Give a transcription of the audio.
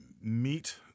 meet